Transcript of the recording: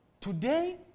Today